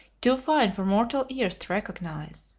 too fine for mortal ears to recognize